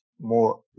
More